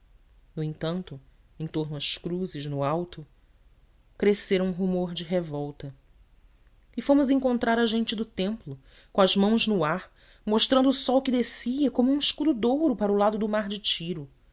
no entanto em torno às cruzes no alto crescera um rumor de revolta e fomos encontrar a gente do templo com as mãos no ar mostrando o sol que descia como um escudo de ouro para o lado do mar de tiro